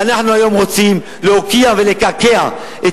ואנחנו היום רוצים להוקיע ולקרקע את